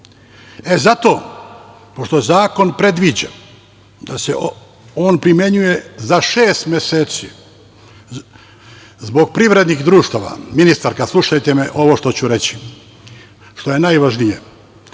pošto zakon predviđa da se on primenjuje za šest meseci zbog privrednih društava, ministarka, slušajte ovo što ću reći, što je najvažnije,